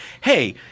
hey